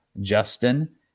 Justin